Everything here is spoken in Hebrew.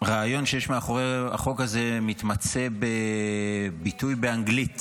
והרעיון שיש מאחורי החוק הזה מתמצה בביטוי באנגלית